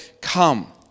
Come